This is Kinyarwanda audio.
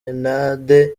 wabyakiriye